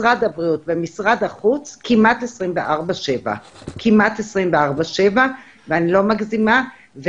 משרד הבריאות ומשרד החוץ כמעט 24/7 ואני לא מגזימה,